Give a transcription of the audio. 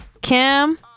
Kim